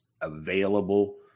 available